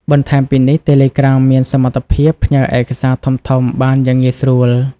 បន្ថែមពីនេះ តេឡេក្រាមមានសមត្ថភាព ផ្ញើឯកសារធំៗ បានយ៉ាងងាយស្រួល។